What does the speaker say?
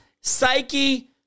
psyche